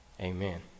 Amen